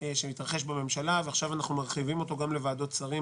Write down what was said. שהתרחש בממשלה ועכשיו מרחיבים אותו גם לוועדות שרים,